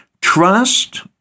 Trust